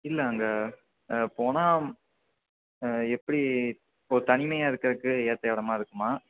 இல்லை அங்கே போனால் எப்படி ஒரு தனிமையாக இருக்குறதுக்கு ஏற்ற இடமா இருக்குமா